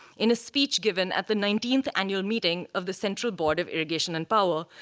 in a speech given at the nineteenth annual meeting of the central board of irrigation and power,